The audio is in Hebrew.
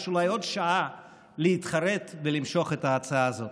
יש אולי עוד שעה להתחרט ולמשוך את ההצעה הזו.